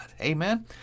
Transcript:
Amen